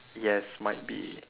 yes might be